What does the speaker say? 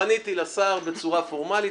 פניתי לשר בצורה פורמלית,